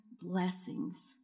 blessings